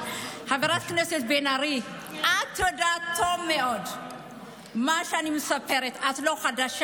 אני לא אספוג את זה.